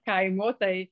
kaimo tai